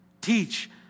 Teach